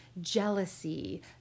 jealousy